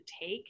take